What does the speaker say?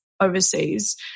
overseas